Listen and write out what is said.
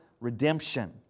redemption